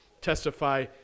testify